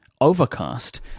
overcast